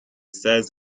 says